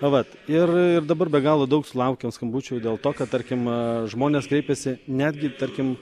vat ir ir dabar be galo daug sulaukiam skambučių dėl to kad tarkim žmonės kreipėsi netgi tarkim